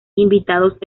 invitados